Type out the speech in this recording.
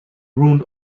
round